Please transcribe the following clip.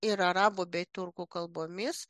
ir arabų bei turkų kalbomis